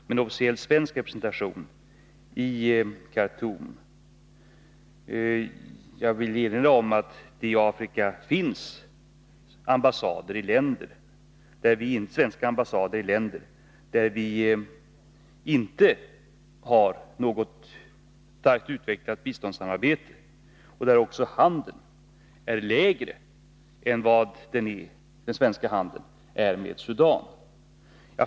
Jag vill erinra om att det i Afrika finns svenska ambassader i länder där vi inte har något biståndssamarbete och där också den svenska handeln är mindre än den är med Sudan.